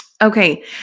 okay